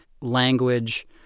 language